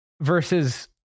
Versus